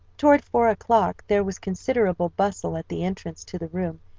toward four o'clock there was considerable bustle at the entrance to the room,